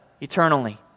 eternally